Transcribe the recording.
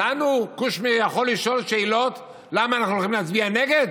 אותנו קושניר יכול לשאול שאלות למה אנחנו הולכים להצביע נגד?